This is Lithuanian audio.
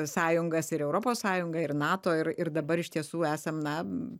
sąjungas ir europos sąjungą ir nato ir ir dabar iš tiesų esam na